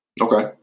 Okay